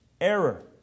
error